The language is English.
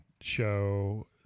show